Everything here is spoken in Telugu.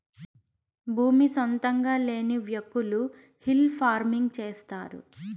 భూమి సొంతంగా లేని వ్యకులు హిల్ ఫార్మింగ్ చేస్తారు